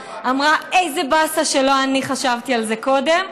אמרה: איזה באסה שלא אני חשבתי על זה קודם.